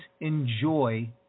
enjoy